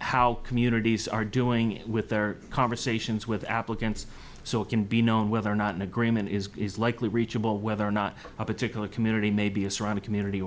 how communities are doing it with their conversations with applicants so it can be known whether or not an agreement is is likely reachable whether or not a particular community may be a surrounding community